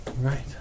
Right